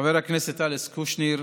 חבר הכנסת אלכס קושניר,